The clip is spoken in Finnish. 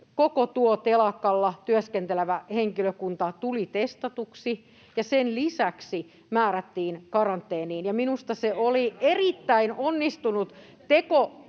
koko tuo telakalla työskentelevä henkilökunta tuli testatuksi ja sen lisäksi määrättiin karanteeniin. [Mauri Peltokankaan välihuuto]